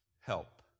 help